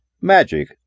Magic